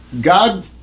God